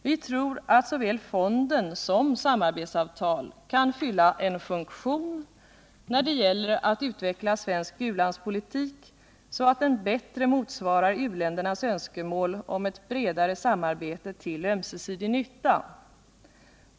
Vi tror att såväl fonden som samarbetsavtal kan fylla en funktion när det gäller att utveckla svensk u-landspolitik så att den bättre motsvarar uländernas önskemål om ett bredare samarbete till ömsesidig nytta.